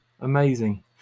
Amazing